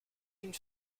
une